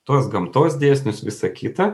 tuos gamtos dėsnius visa kita